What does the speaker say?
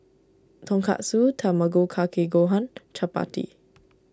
Tonkatsu Tamago Kake Gohan Chapati